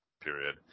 period